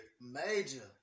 Major